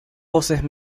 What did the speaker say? voces